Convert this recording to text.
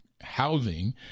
housing